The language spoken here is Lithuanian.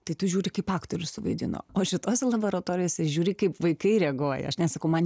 tai tu žiūri kaip aktorius suvaidino o šituose laboratorijose žiūri kaip vaikai reaguoja aš nesakau man